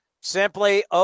Simply